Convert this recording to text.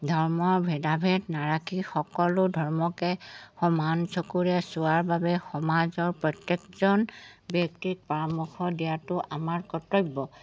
ধৰ্মৰ ভেদাভেদ নাৰাখি সকলো ধৰ্মকে সমান চকুৰে চোৱাৰ বাবে সমাজৰ প্ৰত্যেকজন ব্যক্তিত পৰামৰ্শ দিয়াটো আমাৰ কৰ্তব্য